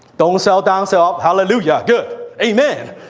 don't sell down, sell up! hallelujah! good. amen!